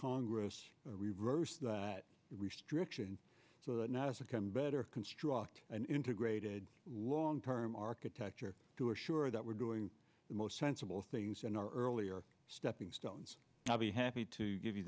congress reverse that restriction so that nasa can better construct an integrated longterm architecture to assure that we're doing the most sensible things in our earlier steppingstones now be happy to give you